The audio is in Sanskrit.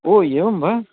ओ एवं वा